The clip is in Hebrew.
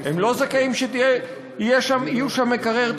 הם לא זכאים שיהיו שם מקרר,